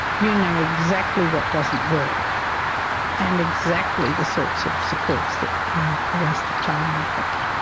you know exactly what doesn't work and exactly the sorts of supports that are a waste of time and effort.